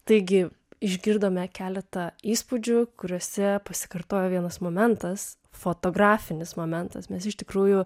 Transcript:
taigi išgirdome keletą įspūdžių kuriuose pasikartoja vienas momentas fotografinis momentas mes iš tikrųjų